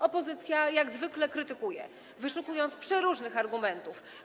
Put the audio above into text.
Opozycja jak zwykle krytykuje, wyszukując przeróżnych argumentów.